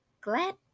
glad